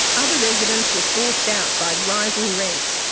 other residents were forced out by rising rents,